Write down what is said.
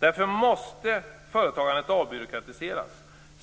Därför måste företagandet avbyråkratiseras.